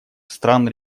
стран